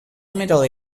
middle